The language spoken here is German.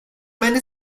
meine